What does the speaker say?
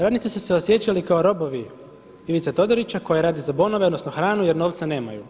Radnici su se osjećali kao robovi Ivice Todorića koji rade za bonove odnosno hranu jer novca nemaju.